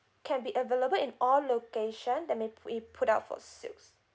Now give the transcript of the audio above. can be available in all location that may we put up for sales